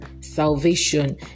salvation